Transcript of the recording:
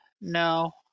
no